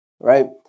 right